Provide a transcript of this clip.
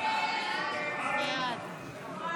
הסתייגות 1947 לא נתקבלה.